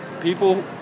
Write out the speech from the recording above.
people